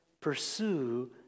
pursue